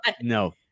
no